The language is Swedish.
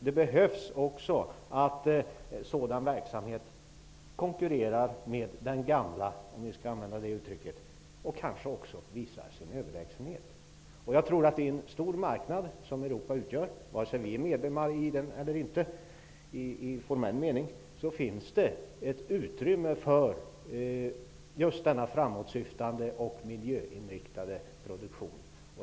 Det behövs också att sådan verksamhet konkurrerar med den gamla och kanske också visar sin överlägsenhet. På den stora marknad som Europa utgör, vare sig vi är med där i formell mening eller inte, finns det ett utrymme för just denna framåtsyftande och miljöinriktade produktion.